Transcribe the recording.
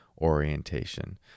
orientation